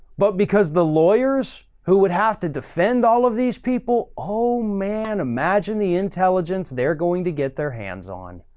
but because the lawyers who would have to defend all of these people, oh man, imagine the intelligence they're going to get their hands on.